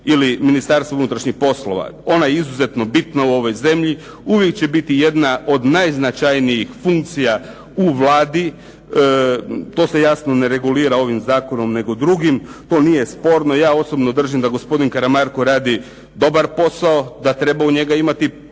ili Ministarstva unutrašnjih poslova ona je izuzetno bitna u ovoj zemlji. Uvijek će biti jedna od najznačajnijih funkcija u Vladi. To se jasno ne regulira ovim zakonom nego drugim, to nije sporno. Ja osobno držim da gospodin Karamarko radi dobar posao da treba u njega imati povjerenje,